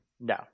No